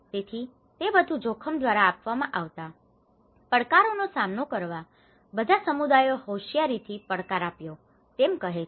તેથી તે બધું જોખમ દ્વારા આપવામાં આવતા પડકારોનો સામનો કરવા બધા સમુદાયોએ હોશિયારીથી પડકાર આપ્યો છે તે કહે છે